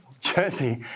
Jersey